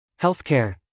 Healthcare